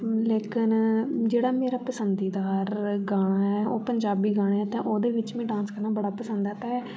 लेकिन जेह्ड़ा मेरा पसंदीदा हा गाना ऐ ओ पंजाबी गाना ऐ ते ओह्दे बिच मी डांस करना ते बड़ा पसंद ऐ ते